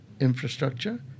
infrastructure